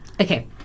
Okay